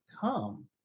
come